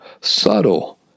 Subtle